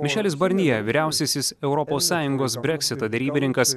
mišelis barnija vyriausiasis europos sąjungos breksito derybininkas